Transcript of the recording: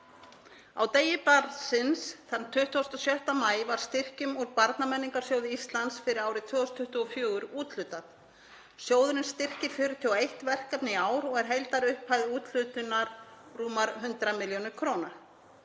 Á degi barnsins, þann 26. maí, var styrkjum úr Barnamenningarsjóði Íslands fyrir árið 2024 úthlutað. Sjóðurinn styrkir 41 verkefni í ár og er heildarupphæð úthlutunar rúmar 100 millj. kr.